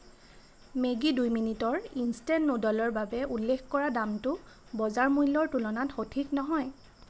Maggi দুই মিনিটৰ instant নুডলৰ বাবে উল্লেখ কৰা দামটো বজাৰ মূল্যৰ তুলনাত সঠিক নহয়